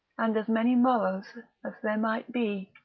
and as many morrows as there might be.